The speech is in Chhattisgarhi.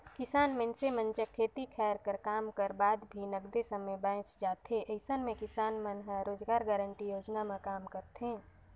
किसान मइनसे मन जग खेती खायर कर काम कर बाद भी नगदे समे बाएच जाथे अइसन म किसान मन ह रोजगार गांरटी योजना म काम करथे